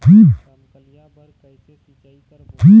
रमकलिया बर कइसे सिचाई करबो?